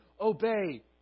obey